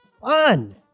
fun